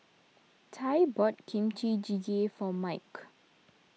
Tye bought Kimchi Jjigae for Mike